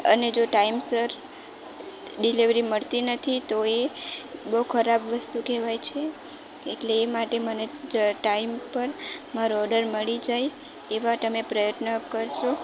અને જો ટાઇમસર ડિલિવરી મળતી નથી તો એ બહુ ખરાબ વસ્તુ કહેવાય છે એટલે એ માટે મને ટાઇમ પર મારો ઓર્ડર મળી જાય એવા તમે પ્રયત્ન કરશો